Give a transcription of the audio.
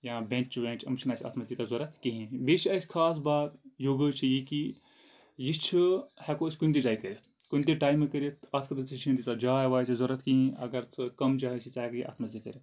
یا بیچ ویچ یِم چھِ نہٕ اسہِ اتھ منٛز تیٖتہ ضرورت کِہینۍ بیٚیہِ چھِ اَسہِ خاص بات یوگا چھِ یہِ کہِ یہِ چھ ہٮ۪کو أسۍ کُنہِ تہِ جایہِ کٔرِتھ کُنہِ تہِ ٹایمہٕ کٔرِتھ اتھ خٲطرٕ تہِ چھ نہٕ تیٖژہ جاے واے تہِ ضرورت کِہینۍ اَگر ژٕ کَم جاے چھےٚ ژٕ ہٮ۪کھ یہِ اتھ منٛز تہِ کٔرِتھ